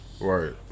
right